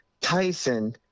Tyson